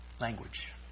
language